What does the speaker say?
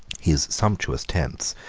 his sumptuous tents,